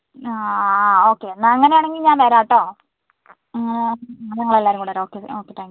ആ ആ ഓക്കേ എന്നാൽ അങ്ങനെ ആണെങ്കിൽ ഞാൻ വരാം കേട്ടോ ഞങ്ങൾ എല്ലാവരും കൂടെ വരാം ഓക്കേ ഓക്കേ താങ്ക് യൂ